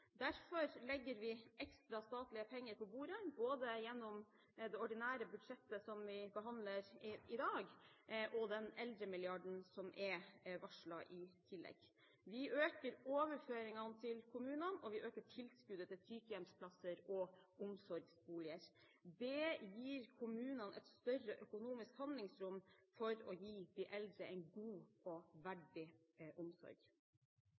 Derfor legger vi ekstra statlige penger på bordet, gjennom både det ordinære budsjettet, som vi behandler i dag, og den eldremilliarden som er varslet i tillegg. Vi øker overføringene til kommunene, og vi øker tilskuddet til sykehjemsplasser og omsorgsboliger. Det gir kommunene et større økonomisk handlingsrom for å gi de eldre en god og verdig omsorg.